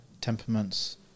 temperaments